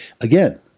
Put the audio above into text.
again